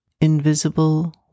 invisible